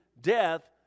death